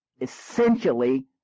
essentially